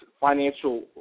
financial